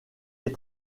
les